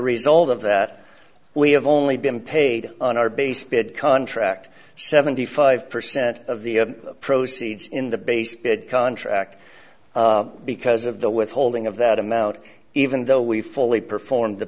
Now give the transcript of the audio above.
result of that we have only been paid on our base bid contract seventy five percent of the proceeds in the base bid contract because of the withholding of that amount even though we fully performed the